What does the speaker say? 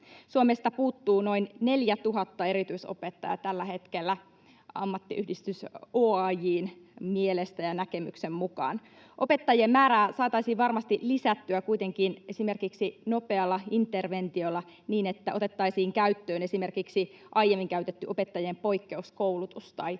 hetkellä noin 4 000 erityisopettajaa ammattiyhdistys OAJ:n mielestä ja näkemyksen mukaan. Opettajien määrää saataisiin kuitenkin varmasti lisättyä esimerkiksi nopealla interventiolla, niin että otettaisiin käyttöön esimerkiksi aiemmin käytetty opettajien poikkeuskoulutus tai